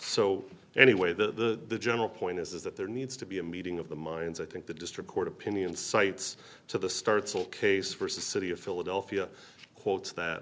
so anyway the general point is that there needs to be a meeting of the minds i think the district court opinion cites to the starts all case vs city of philadelphia holds that